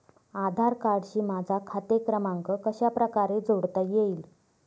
आधार कार्डशी माझा खाते क्रमांक कशाप्रकारे जोडता येईल?